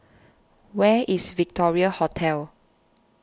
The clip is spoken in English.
where is Victoria Hotel